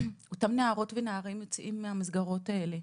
אותם נערות ונערים יוצאים מהמסגרות האלה,